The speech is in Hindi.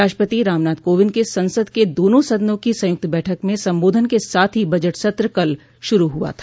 राष्ट्रपति रामनाथ कोविंद के संसद के दोनों सदनों की संयुक्त बैठक में संबोधन के साथ ही बजट सत्र कल शुरू हुआ था